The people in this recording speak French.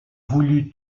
voulu